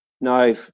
now